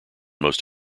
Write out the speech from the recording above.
most